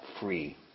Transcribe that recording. free